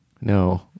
No